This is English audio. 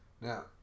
now